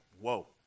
whoa